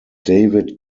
david